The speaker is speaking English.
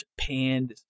Japan